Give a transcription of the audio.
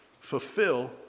fulfill